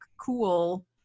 cool –